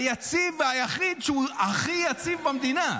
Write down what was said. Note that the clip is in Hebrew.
היציב היחיד, שהוא הכי יציב במדינה.